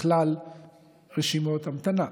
בכלל רשימות המתנה.